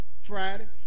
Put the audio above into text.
Friday